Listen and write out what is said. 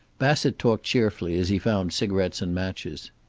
bassett talked cheerfully as he found cigarettes and matches.